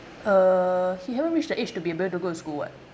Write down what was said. uh he haven't reach the age to be able to go to school [what]